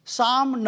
Psalm